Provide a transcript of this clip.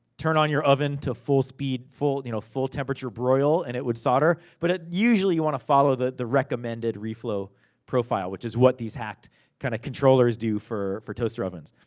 turn on your oven to full speed, full you know full temperature broil, and it would solder. but usually, you wanna follow the the recommend and reflow profile. which is what these hacked kind of controllers do for for toaster ovens.